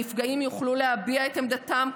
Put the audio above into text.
הנפגעים יוכלו להביע את עמדתם,